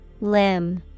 Limb